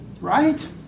right